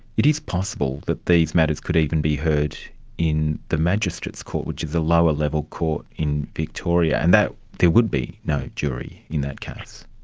it is possible that these matters could even be heard in the magistrates court, which is a lower level court in victoria, and that there would be no jury in that case.